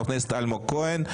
חבר הכנסת אלמוג כהן.